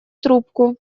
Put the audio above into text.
трубку